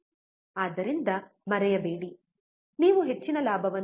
ಆದ್ದರಿಂದ ಮರೆಯಬೇಡಿ ನೀವು ಹೆಚ್ಚಿನ ಲಾಭವನ್ನು ಹೊಂದಿಸಿದರೆ 0